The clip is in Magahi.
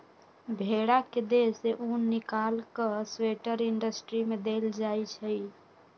भेड़ा के देह से उन् निकाल कऽ स्वेटर इंडस्ट्री में देल जाइ छइ